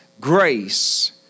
grace